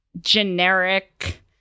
generic